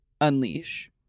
unleash